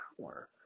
power